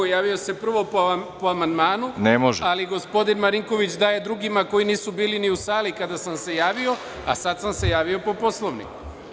Javio sam se prvo po amandmanu, ali gospodin Marinković daje drugima koji nisu bili ni u sali kada sam se javio, a sada sam se javio po Poslovniku.